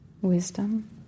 wisdom